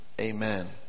Amen